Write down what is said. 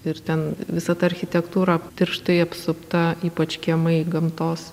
ir ten visa ta architektūra tirštai apsupta ypač kiemai gamtos